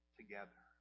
together